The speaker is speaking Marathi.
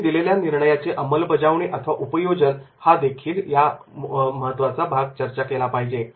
तुम्ही दिलेल्या निर्णयाची अंमलबजावणी अथवा उपयोजन हादेखील महत्त्वाचा भाग चर्चा केला पाहिजे